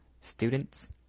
students